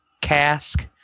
cask